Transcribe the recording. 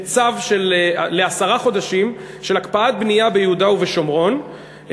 בצו לעשרה חודשים של הקפאת בנייה ביהודה ובשומרון,